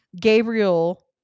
Gabriel